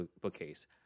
bookcase